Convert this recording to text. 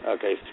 Okay